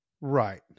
Right